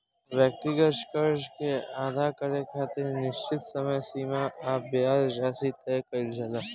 व्यक्तिगत कर्जा के अदा करे खातिर निश्चित समय सीमा आ ब्याज राशि तय कईल जाला